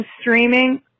streaming